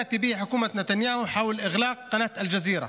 שמביאה ממשלת נתניהו בנוגע לסגירת ערוץ אל-ג'זירה.)